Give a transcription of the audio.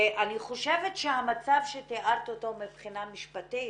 ואני חושבת שהמצב שתיארת אותו מבחינה משפטית